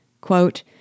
Quote